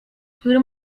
który